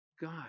God